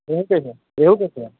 ریہو کیسے ہے ریہو کیسے ہے